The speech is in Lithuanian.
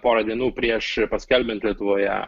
porą dienų prieš paskelbiant lietuvoje